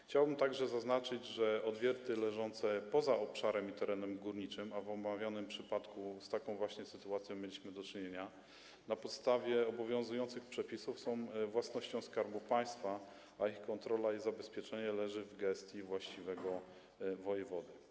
Chciałbym także zaznaczyć, że odwierty leżące poza obszarem i terenem górniczym, a w omawianym przypadku z taką właśnie sytuacją mieliśmy do czynienia na podstawie obowiązujących przepisów, są własnością Skarbu Państwa, a ich kontrola i zabezpieczenie leżą w gestii właściwego wojewody.